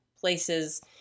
places